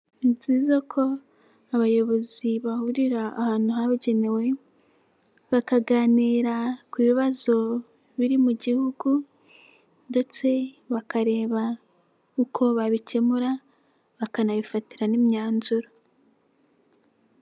Ni byiza ko abayobozi bahurira ahantu habugenewe, bakaganira ku bibazo biri mu Gihugu ndetse bakareba uko babikemura, bakanabifatira n'imyanzuro.